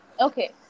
Okay